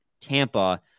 Tampa